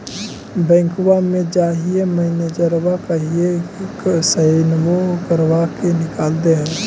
बैंकवा मे जाहिऐ मैनेजरवा कहहिऐ सैनवो करवा के निकाल देहै?